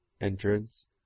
entrance